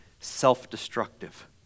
self-destructive